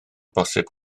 bosib